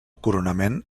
coronament